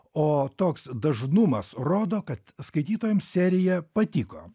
o toks dažnumas rodo kad skaitytojams serija patiko